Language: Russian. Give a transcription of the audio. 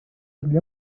для